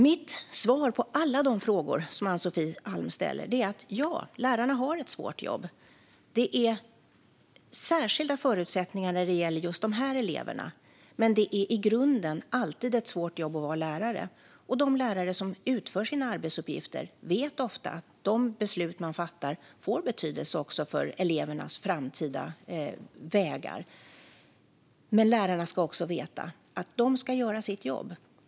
Mitt svar på alla de frågor som Ann-Sofie Alm ställer är att lärarna har ett svårt jobb. Det är särskilda förutsättningar när det gäller just dessa elever. Men det är i grunden alltid ett svårt jobb att vara lärare. Och de lärare som utför sina arbetsuppgifter vet ofta att de beslut som de fattar får betydelse också för elevernas framtida vägar. Men lärarna ska också veta att de ska göra sitt jobb.